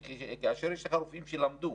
כאשר יש לך רופאים שלמדו.